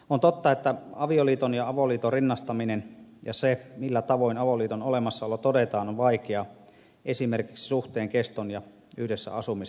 on totta että avioliiton ja avoliiton rinnastaminen ja se millä tavoin avoliiton olemassaolo todetaan on vaikeaa esimerkiksi suhteen keston ja yhdessä asumisen osalta